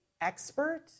expert